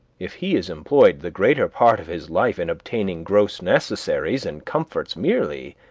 if he is employed the greater part of his life in obtaining gross necessaries and comforts merely,